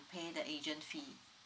pay the agent fee